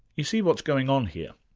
you see what's going on here.